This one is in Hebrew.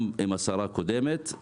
גם עם השרה הקודמת.